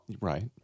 Right